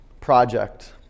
project